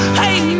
hey